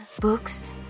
books